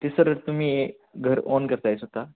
ते सर तुम्ही घर ओन करतास आता